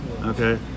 Okay